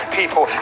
people